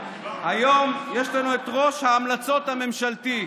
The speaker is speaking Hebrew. היום יש לנו את ראש ההמלצות הממשלתי,